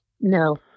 No